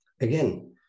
Again